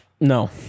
No